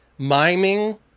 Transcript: miming